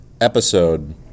episode